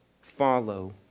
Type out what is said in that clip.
follow